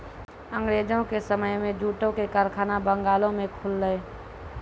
अंगरेजो के समय मे जूटो के कारखाना बंगालो मे खुललै